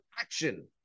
ACTION